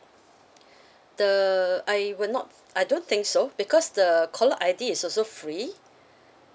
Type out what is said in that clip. the I will not I don't think so because the caller I_D is also free